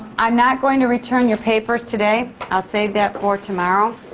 i'm not going to return your papers today. i'll save that for tomorrow.